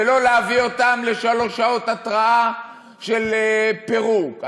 ולא לתת להם התראה שלוש שעות לפני פירוק.